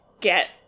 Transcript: get